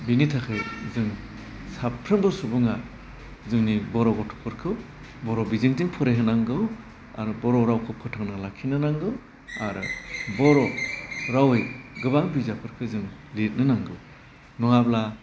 बिनि थाखाइ जों साफ्रोमबो सुबुङा जोंनि बर' गथ'फोरखौ बर' बिजोंजों फराय होनांगौ आरो बर' रावखौ फोथांना लाखिनो नांगौ आरो बर' रावै गोबां बिजाबफोरखौ जों लिरनो नांगौ नङाब्ला